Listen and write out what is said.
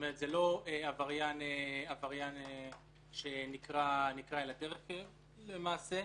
זה לא עבריין שנקרה בדרך למעשה,